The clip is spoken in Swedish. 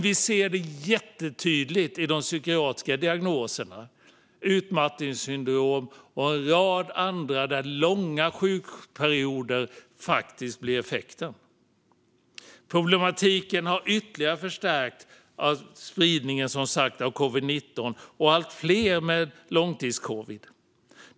Vi ser det också jättetydligt i de psykiatriska diagnoserna som utmattningssyndrom och en rad andra, där långa sjukperioder faktiskt blir effekten. Problematiken har som sagt ytterligare förstärkts av spridningen av covid-19 och allt fler med långtidscovid.